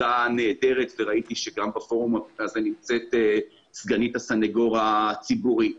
נהדרת וראיתי שנמצאת סגנית הסניגור הציבורי הארצי.